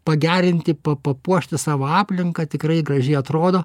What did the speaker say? pagerinti pa papuošti savo aplinką tikrai gražiai atrodo